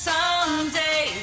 Someday